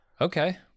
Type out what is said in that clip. Okay